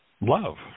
love